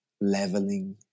leveling